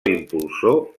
impulsor